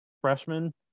freshman